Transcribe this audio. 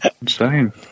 insane